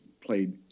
played